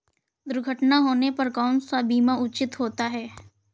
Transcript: दुर्घटना होने पर कौन सा बीमा उचित होता है?